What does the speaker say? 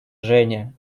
жене